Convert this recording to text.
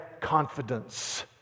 confidence